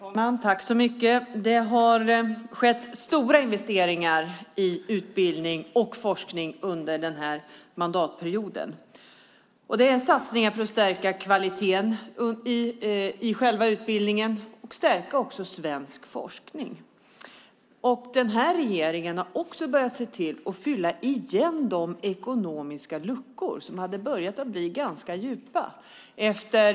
Fru talman! Under den här mandatperioden har det gjorts stora investeringar i utbildning och forskning - satsningar för att stärka kvaliteten i själva utbildningen och för att stärka svensk forskning. Den här regeringen har också börjat se till att fylla igen de luckor ekonomiskt efter den socialdemokratiska regeringen som börjat bli ganska djupa.